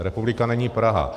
Republika není Praha.